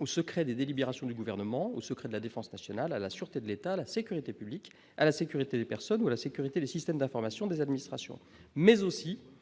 au secret des délibérations du gouvernement au secret de la défense nationale à la sûreté de l'État, la sécurité publique à la sécurité des personnes et la sécurité des systèmes d'information, des administrations, mais aussi